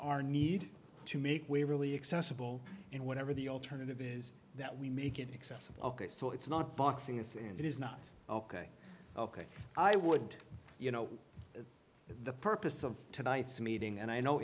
our need to make we really accessible in whatever the alternative is that we make it accessible ok so it's not boxing us and it is not ok ok i would you know the purpose of tonight's meeting and i know